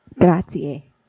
Grazie